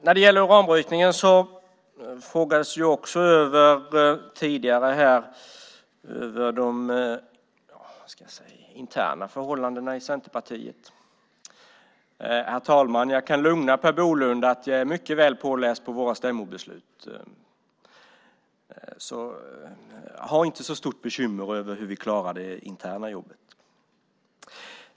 När det gäller uranbrytningen frågades tidigare om de interna förhållandena i Centerpartiet. Jag kan lugna Per Bolund. Jag är mycket väl påläst på våra stämmobeslut. Ha inte så stort bekymmer om hur vi klarar det interna jobbet.